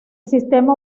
sistema